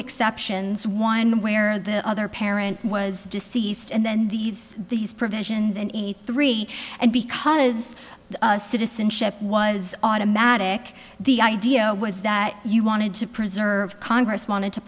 exceptions one way or the other parent was deceased and then these these provisions in eighty three and because citizenship was automatic the idea was that you wanted to preserve congress want